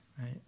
right